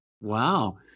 Wow